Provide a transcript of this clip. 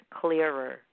clearer